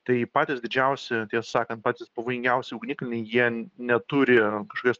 tai patys didžiausi tiesą sakant patys pavojingiausi ugnikalniai jie neturi kažkokios